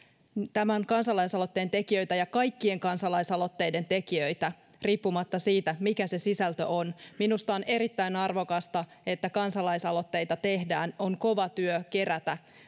tämän kansalaisaloitteen tekijöitä ja kaikkien kansalaisaloitteiden tekijöitä riippumatta siitä mikä se sisältö on minusta on erittäin arvokasta että kansalaisaloitteita tehdään on kova työ kerätä